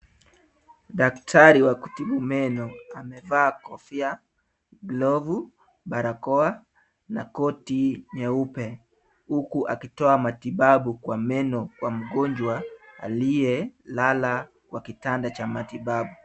Daktari wa kutibu meno amevaa kofia, glovu, barakoa na koti nyeupe huku akitoa matibabu kwa meno kwa mgonjwa aliyelala kwa kitanda cha matibabu.